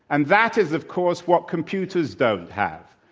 and that is, of course, what computers don't have.